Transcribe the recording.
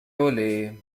olé